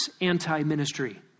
anti-ministry